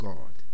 God